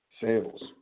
sales